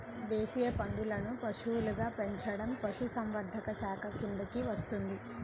దేశీయ పందులను పశువులుగా పెంచడం పశుసంవర్ధక శాఖ కిందికి వస్తుంది